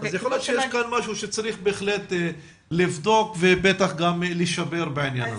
אז יכול להיות שיש כאן משהו שצריך לבדוק ולשפר בעניין הזה.